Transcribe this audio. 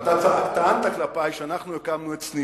אתה טענת כלפי שאנחנו הקמנו את שניר.